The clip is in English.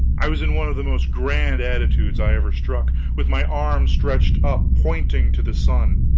i was in one of the most grand attitudes i ever struck, with my arm stretched up pointing to the sun.